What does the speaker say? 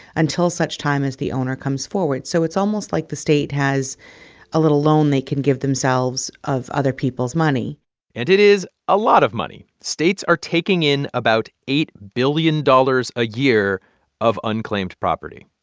until such time as the owner comes forward. so it's almost like the state has a little loan they can give themselves of other people's money and it is a lot of money. states are taking in about eight billion dollars a year of unclaimed property,